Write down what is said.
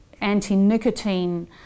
anti-nicotine